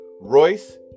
Royce